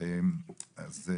תודה.